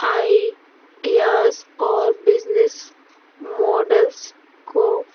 ideas اور business models کو